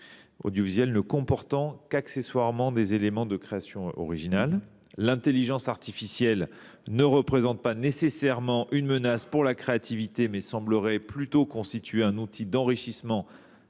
audiovisuels ne comportant qu’accessoirement des éléments de création originale. L’intelligence artificielle ne représente pas nécessairement une menace pour la créativité. Elle semblerait plutôt constituer un outil d’enrichissement